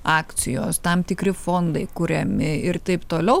akcijos tam tikri fondai kuriami ir taip toliau